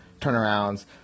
turnarounds